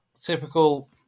typical